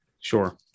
Sure